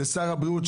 לשר הבריאות,